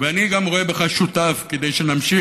ואני גם רואה בך שותף כדי שנמשיך